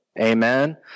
Amen